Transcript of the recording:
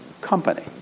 company